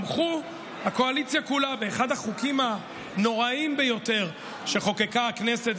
הקואליציה כולה גם תמכה באחד החוקים הנוראיים ביותר שחוקקה הכנסת,